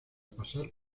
pasar